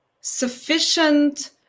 sufficient